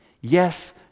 Yes